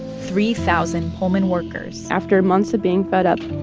three thousand pullman workers. after months of being fed up.